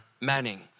Manning